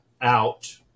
out